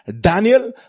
Daniel